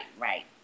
right